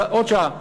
בעוד שעה.